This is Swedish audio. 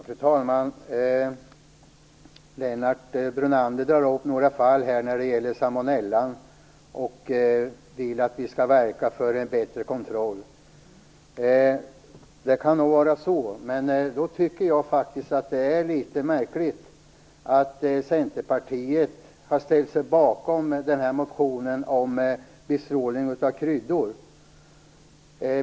Fru talman! Lennart Brunander tar upp några fall som bl.a. gäller salmonella och vill att vi skall verka för en bättre kontroll. Det kan nog vara riktigt. Men då tycker jag faktiskt att det är litet märkligt att Centerpartiet har ställt sig bakom motionen om bestrålning av kryddor.